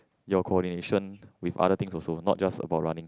your coordination with other things also not just about running